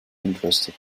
interested